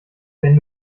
wenn